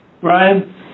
Brian